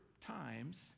times